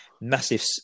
massive